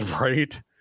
right